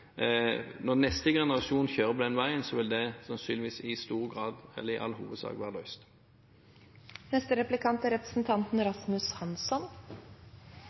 når neste generasjon kjører på veien, sannsynligvis i all hovedsak vil være løst. Er